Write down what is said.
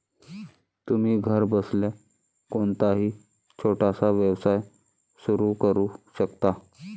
तुम्ही घरबसल्या कोणताही छोटासा व्यवसाय सुरू करू शकता